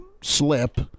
slip